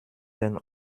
den